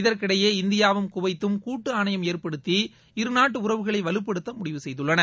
இதற்கிடையே இந்தியாவும் குவைத்தும் கூட்டு ஆணையம் ஏற்படுத்தி இருநாட்டு உறவுகளை வலுப்படுத்த முடிவு செய்துள்ளன